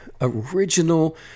original